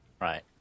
Right